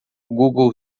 google